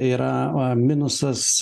yra minusas